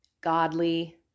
godly